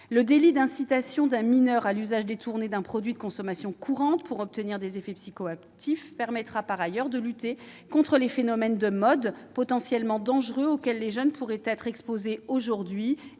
Le délit d'incitation d'un mineur à l'usage détourné d'un produit de consommation courante pour en obtenir des effets psychoactifs permettra par ailleurs de lutter contre les phénomènes de mode potentiellement dangereux auxquels les jeunes pourraient être exposés aujourd'hui